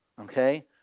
Okay